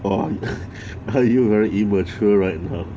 !wah! you very immature right hor